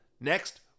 Next